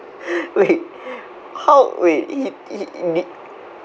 wait how wait he he did